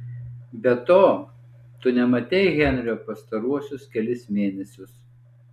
be to tu nematei henrio pastaruosius kelis mėnesius